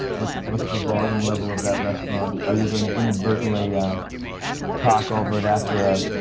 what's what's the volume level of that restaurant. are you going to inadvertently ah talk over it after a.